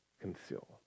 conceal